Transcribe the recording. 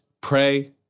pray